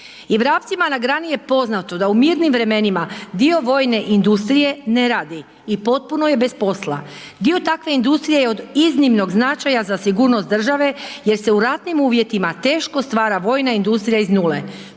I vrapcima na grani je poznato da u mirnim vremenima dio vojne industrije ne radi i potpuno je bez posla dio takve industrije je od iznimnog značaja za sigurnost države jer se u ratnim uvjetima teško stvara vojna industrija iz 0